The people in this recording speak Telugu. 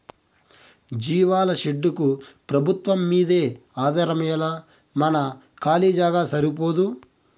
జీవాల షెడ్డుకు పెబుత్వంమ్మీదే ఆధారమేలా మన కాలీ జాగా సరిపోదూ